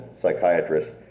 psychiatrist